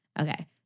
Okay